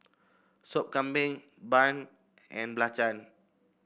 Sop Kambing bun and belacan